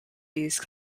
these